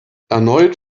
erneut